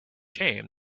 shame